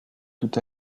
tout